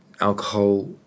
Alcohol